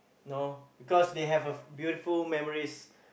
no because they have a beautiful memories